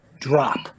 drop